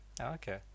okay